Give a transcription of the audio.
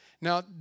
Now